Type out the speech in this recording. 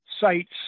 sites